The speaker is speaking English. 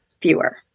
fewer